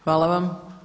Hvala vam.